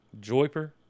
Joyper